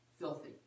filthy